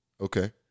Okay